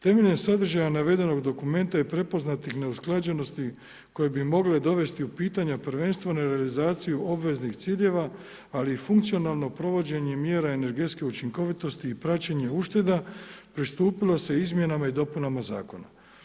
Temeljem sadržaja navedenog dokumenta i prepoznatih neusklađenosti koje bi mogle dovesti u pitanje prvenstveno realizaciju obveznih ciljeva, ali i funkcionalno provođenje mjera energetske učinkovitosti i praćenje ušteda, pristupilo se izmjenama i dopunama Zakona.